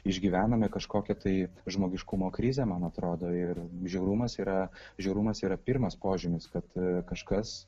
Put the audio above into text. išgyvename kažkokią tai žmogiškumo krizę man atrodo ir žiaurumas yra žiaurumas yra pirmas požymis kad kažkas